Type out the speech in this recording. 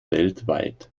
weltweit